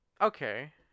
Okay